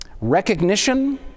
recognition